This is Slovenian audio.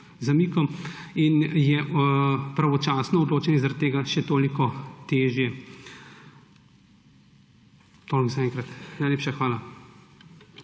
zamikom. In je pravočasno odločanje zaradi tega še toliko težje. Toliko zaenkrat. Najlepša hvala.